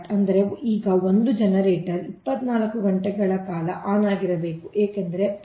ಅಂದರೆ ಈ ಒಂದು ಜನರೇಟರ್ 24 ಗಂಟೆಗಳ ಕಾಲ ಆನ್ ಆಗಿರಬೇಕು ಏಕೆಂದರೆ ಈ 0